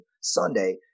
Sunday